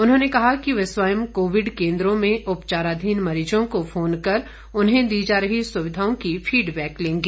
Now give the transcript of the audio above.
उन्होंने कहा कि वह स्वयं कोविड केंद्रों में उपचाराधीन मरीजों को फोन कर उन्हें दी जा रही स्विधाओं की फीडबैक लेंगे